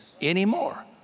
anymore